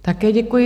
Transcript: Také děkuji.